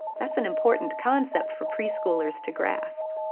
that's an important concept for preschoolers to grasp.